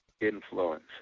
influence